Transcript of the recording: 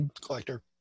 Collector